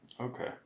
Okay